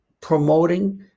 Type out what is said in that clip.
promoting